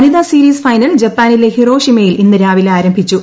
വനിതാ series final ജപ്പാനിലെ ഹിരോഷിമയിൽ ഇന്ന് രാവിലെ ആരംഭിച്ചു